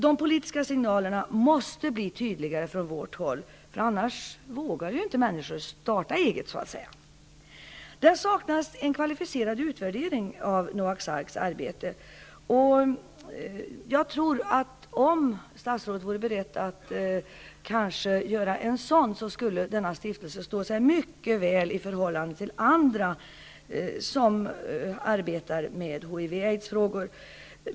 De politiska signalerna måste bli tydligare från vårt håll. I annat fall vågar människor inte starta eget. Det saknas en kvalificerad utvärdering av Noaks Arks arbete. Jag tror att om statsrådet vore beredd att göra en sådan skulle denna stiftelse stå sig mycket väl i förhållande till andra som arbetar med HIV/aids-frågor.